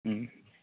उम